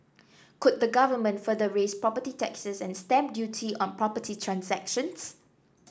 could the Government further raise property taxes and stamp duty on property transactions